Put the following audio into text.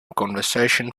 conversation